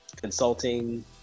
consulting